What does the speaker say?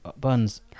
buns